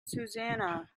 susanna